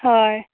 हय